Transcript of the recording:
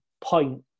point